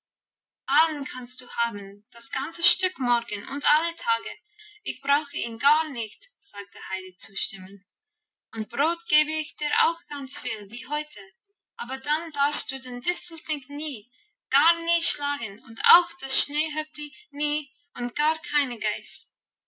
allen kannst du haben das ganze stück morgen und alle tage ich brauche ihn gar nicht sagte heidi zustimmend und brot gebe ich dir auch ganz viel wie heute aber dann darfst du den distelfink nie gar nie schlagen und auch das schneehöppli nie und gar keine geiß